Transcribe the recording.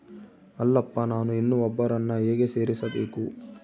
ಅಲ್ಲಪ್ಪ ನಾನು ಇನ್ನೂ ಒಬ್ಬರನ್ನ ಹೇಗೆ ಸೇರಿಸಬೇಕು?